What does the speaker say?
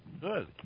Good